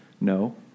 No